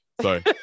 Sorry